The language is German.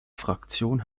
fraktion